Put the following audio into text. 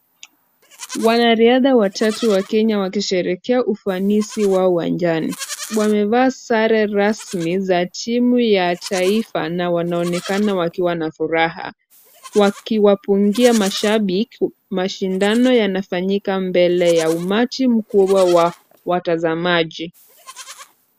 Wanariadha watatu wa Kenya wakisherehekea ufanisi wao uwanjani. Wamevaa sare rasmi za timu ya taifa na wanaonekana wakiwa na furaha wakiwapungia mashabiki. Mashindano yanafanyika mbele ya umati mkubwa wa watazamaji.